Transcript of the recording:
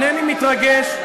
אינני מתרגש,